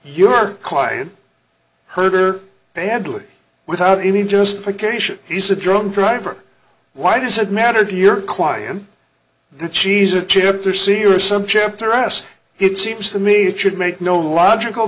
your client hurt or badly without any justification he's a drunk driver why does it matter to your client the cheese or chips or serious some chips or ass it seems to me it should make no logical